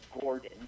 Gordon